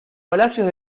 palacios